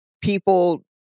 people